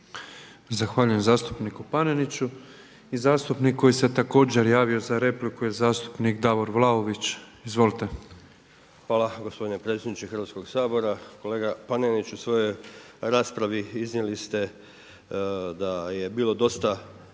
Zahvaljujem zastupniku Paneniću. I zastupnik koji se također javio za repliku je zastupnik Davor Vlaović. Izvolite. **Vlaović, Davor (HSS)** Hvala gospodine predsjedniče Hrvatskog sabora. Kolega Panenić u svoj raspravi iznijeli ste da je bilo dosta